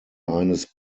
eines